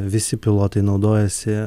visi pilotai naudojasi